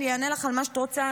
אני אענה לך על מה שאת רוצה,